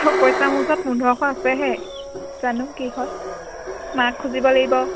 পইচা মোৰ ওচৰত পোন্ধৰশ আছেহে জানো কি হয় মাক খুজিব লাগিব